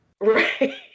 Right